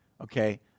okay